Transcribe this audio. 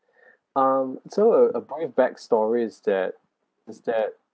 um so uh a by backstory is that is that